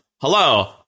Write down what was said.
Hello